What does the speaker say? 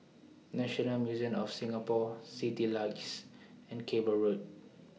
National Museum of Singapore Citylights and Cable Road